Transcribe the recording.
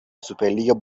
سوپرلیگ